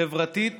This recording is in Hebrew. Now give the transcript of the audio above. חברתית